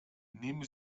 nehmen